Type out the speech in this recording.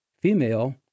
female